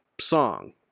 song